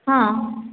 ହଁ